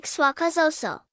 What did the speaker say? Swakazoso